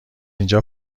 اینجا